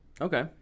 Okay